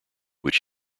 which